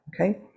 okay